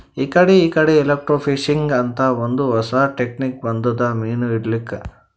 ಇಕಡಿ ಇಕಡಿ ಎಲೆಕ್ರ್ಟೋಫಿಶಿಂಗ್ ಅಂತ್ ಒಂದ್ ಹೊಸಾ ಟೆಕ್ನಿಕ್ ಬಂದದ್ ಮೀನ್ ಹಿಡ್ಲಿಕ್ಕ್